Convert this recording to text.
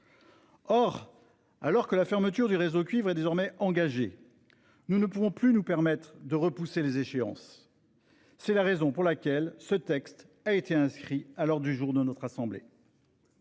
trois ans. La fermeture du réseau cuivre étant désormais engagée, nous ne pouvons plus nous permettre de repousser les échéances. C'est la raison pour laquelle ce texte a été inscrit à l'ordre du jour de notre assemblée.